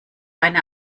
eine